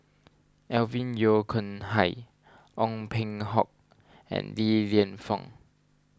Alvin Yeo Khirn Hai Ong Peng Hock and Li Lienfung